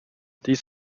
these